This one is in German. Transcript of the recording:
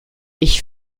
ich